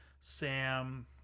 Sam